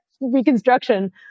reconstruction